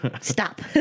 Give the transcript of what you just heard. stop